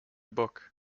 book